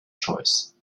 choice